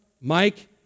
Mike